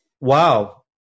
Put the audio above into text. Wow